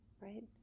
right